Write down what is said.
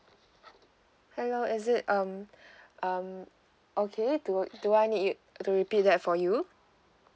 hello is it um um okay do I do I need to repeat that for you